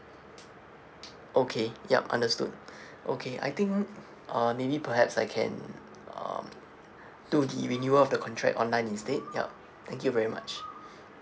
okay yup understood okay I think uh maybe perhaps I can um do the renewal of the contract online instead yup thank you very much